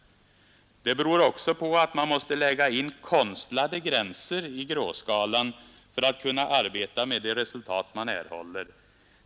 Det beror också på att man måste lägga in konstlade gränser i gråskalan för att kunna arbeta med de resultat man erhåller.